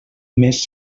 més